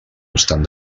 estan